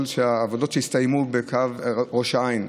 שהעבודות יסתיימו בקו ראש העין,